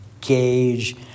gauge